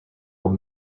old